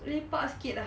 lepak sikit lah